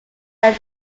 are